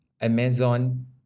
Amazon